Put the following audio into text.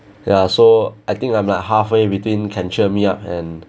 ya so I think I'm like halfway between can cheer me up and